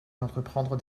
d’entreprendre